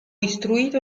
istruito